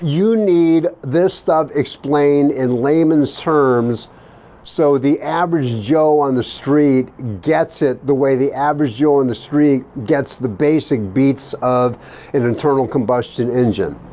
you need this stuff explained in layman's terms so the average joe on the street gets it the way the average joe on the street gets the basic beats of an internal combustion engine.